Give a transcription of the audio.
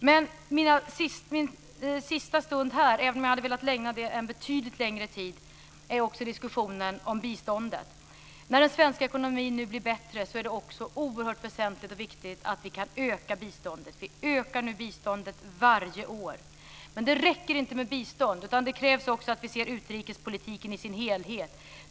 Min sista stund här - även om jag hade velat ägna det betydligt längre tid - gäller diskussionen om biståndet. När den svenska ekonomin nu blir bättre är det oerhört väsentligt och viktigt att vi kan öka biståndet. Vi ökar nu biståndet varje år. Men det räcker inte med bistånd, utan det krävs också att vi ser utrikespolitiken i dess helhet.